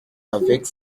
avec